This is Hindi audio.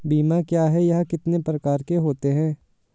बीमा क्या है यह कितने प्रकार के होते हैं?